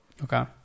Okay